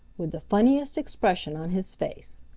with the funniest expression on his face.